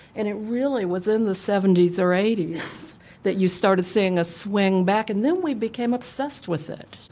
and it really was in the seventy s or eighty s that you started seeing a swing back and then we became obsessed with it.